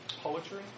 poetry